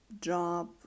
job